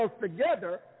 together